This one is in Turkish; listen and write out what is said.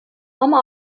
ama